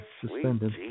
Suspended